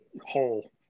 whole